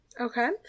Okay